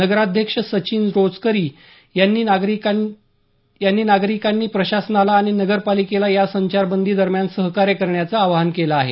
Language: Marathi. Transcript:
नगराध्यक्ष सचिन रोचकरी यांनी नागरिकांनी प्रशासनाला आणि नगरपालिकेला या संचारबंदी दरम्यान सहकार्य करण्याचं आवाहन केलं आहे